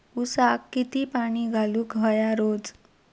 ऊसाक किती पाणी घालूक व्हया रोज?